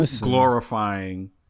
glorifying